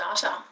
data